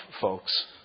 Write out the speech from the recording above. folks